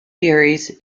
series